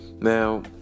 Now